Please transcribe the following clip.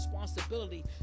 responsibility